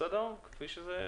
בסדר כפי שזה?